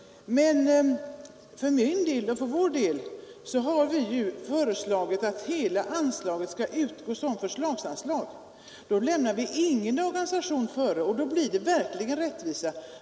Men för vpk:s del har vi föreslagit att hela anslaget skall utgå som förslagsanslag. Då lämnar vi ingen organisation utanför, och då blir det verkligen rättvisa.